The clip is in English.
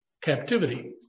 captivity